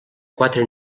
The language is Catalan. quatre